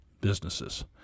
businesses